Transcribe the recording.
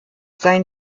sein